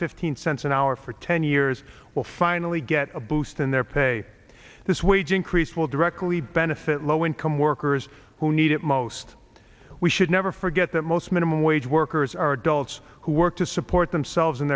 fifteen cents an hour for ten years will finally get a boost in their pay this wage increase will directly benefit low income workers who need it most we should never forget that most minimum wage workers are adults who work to support themselves and